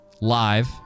Live